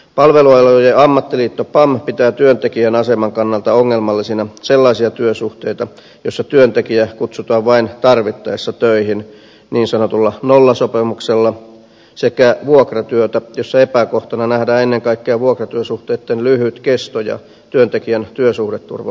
palvelualojen ammattiliitto pam pitää työntekijän aseman kannalta ongelmallisina sellaisia työnsuhteita joissa työntekijä kutsutaan vain tarvittaessa töihin niin sanotulla nollasopimuksella sekä vuokratyötä jossa epäkohtana nähdään ennen kaikkea vuokratyösuhteitten lyhyt kesto ja työntekijän työsuhdeturvan puuttuminen